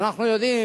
ואנחנו יודעים